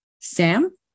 sam